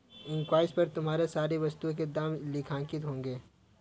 invoice पर तुम्हारे सारी वस्तुओं के दाम लेखांकित होंगे